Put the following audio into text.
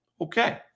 okay